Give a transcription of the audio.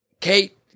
Kate